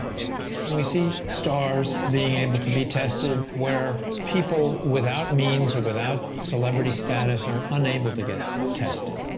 and we see stars being able to be tested, where people without means or without celebrity status are unable to get tested.